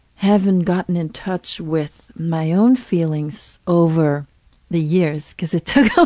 haven't gotten in touch with my own feelings over the years, because it took